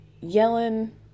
yelling